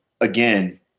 again